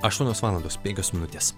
aštuonios valandos penkios minutės